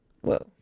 Whoa